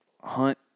hunt